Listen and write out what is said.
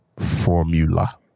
Formula